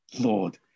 Lord